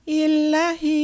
ilahi